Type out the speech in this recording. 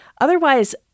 otherwise